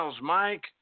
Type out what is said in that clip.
Mike